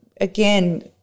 again